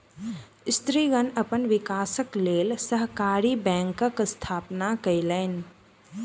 स्त्रीगण अपन विकासक लेल सहकारी बैंकक स्थापना केलैन